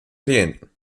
klienten